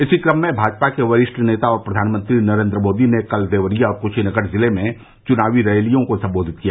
इसी कम में भाजपा के वरिष्ठ नेता और प्रधानमंत्री नरेन्द्र मोदी ने कल देवरिया और कुशीनगर जिले में चुनावी रैलियों को सम्बोधित किया